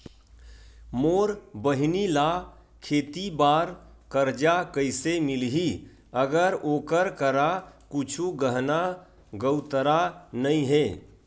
मोर बहिनी ला खेती बार कर्जा कइसे मिलहि, अगर ओकर करा कुछु गहना गउतरा नइ हे?